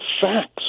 facts